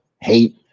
hate